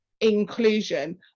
inclusion